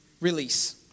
release